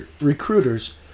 recruiters